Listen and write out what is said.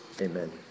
Amen